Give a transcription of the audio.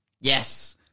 Yes